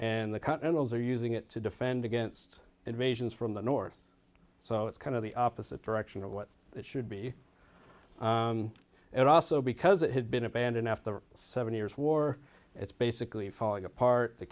continentals are using it to defend against invasions from the north so it's kind of the opposite direction of what it should be and also because it had been abandoned after seven years war it's basically falling apart t